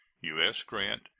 u s. grant.